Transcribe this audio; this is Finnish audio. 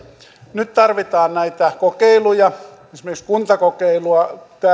nyt tarvitaan näitä kokeiluja esimerkiksi kuntakokeilua